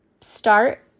start